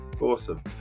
Awesome